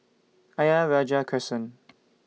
Ayer Rajah Crescent